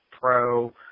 pro